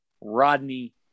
Rodney